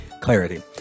clarity